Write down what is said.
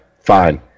Fine